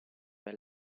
per